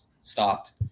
stopped